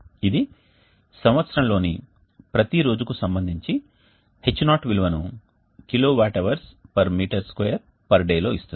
ఇది సంవత్సరం లోని ప్రతి రోజుకు సంబంచించి H0 విలువను kWH meter square day లో ఇస్తుంది